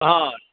हँ